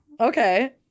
Okay